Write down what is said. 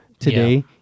today